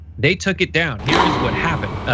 they took it down. here is what happened.